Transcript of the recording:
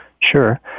Sure